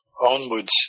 onwards